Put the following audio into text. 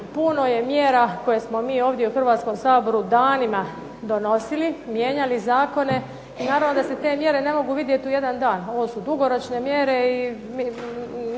Puno je mjera koje smo mi ovdje u Hrvatskom saboru danima donosili, mijenjali zakone i naravno da se te mjere ne mogu vidjeti u jedan dan. Ovo su dugoročne mjere i